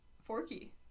forky